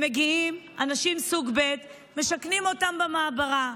הם מגיעים, אנשים סוג ב', ומשכנים אותם במעברה.